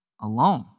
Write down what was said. alone